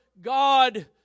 God